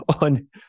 on